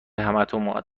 همتون